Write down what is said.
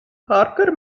parker